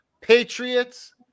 Patriots